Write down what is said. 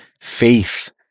faith